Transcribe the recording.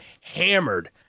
hammered